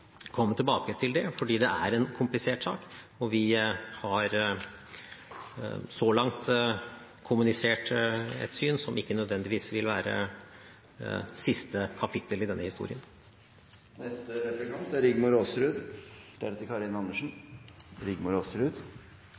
komme tilbake til det, fordi det er en komplisert sak, og vi har så langt kommunisert et syn som ikke nødvendigvis vil være siste kapittel i denne historien. Som samordningsminister på Statsministerens kontor er